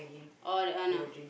oh that one ah